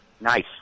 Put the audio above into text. Nice